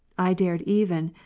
i dared even,